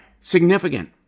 Significant